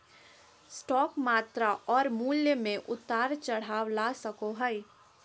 stock मात्रा और मूल्य में उतार चढ़ाव ला सको हइ